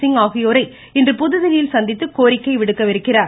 சிங் ஆகியோரை இன்று புதுதில்லியில் சந்தித்து கோரிக்கை விடுக்கிறார்